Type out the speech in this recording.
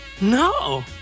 No